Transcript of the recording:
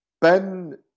Ben